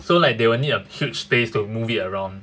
so like they will need a huge space to move it around